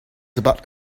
about